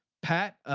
pat